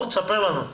ספר לנו.